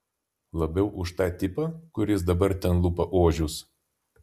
labiau už tą tipą kuris dabar ten lupa ožius